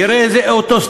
יראה איזה אוטוסטרדה,